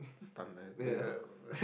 stun like a